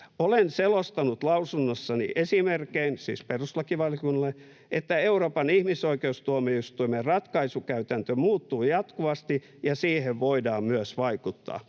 10.7.: ”Olen selostanut lausunnossani esimerkein,” — siis perustuslakivaliokunnalle — ”että Euroopan ihmisoikeustuomioistuimen ratkaisukäytäntö muuttuu jatkuvasti ja siihen voidaan myös vaikuttaa.”